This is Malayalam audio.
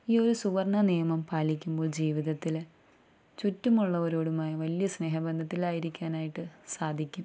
ഈയൊരു സുവർണ്ണ നിയമം പാലിക്കുമ്പോൾ ജീവിതത്തിൽ ചുറ്റുമുള്ളവരോടുമായി വലിയ സ്നേഹ ബന്ധത്തിലായിരിക്കാനായിട്ടു സാധിക്കും